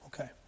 okay